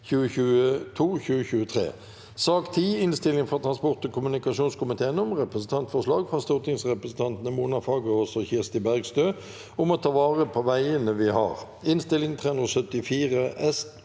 juni 2023 Innstilling fra transport- og kommunikasjonskomiteen om Representantforslag fra stortingsrepresentantene Mona Fagerås og Kirsti Bergstø om å ta vare på veiene vi har (Innst. 374